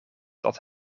dat